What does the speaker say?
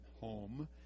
home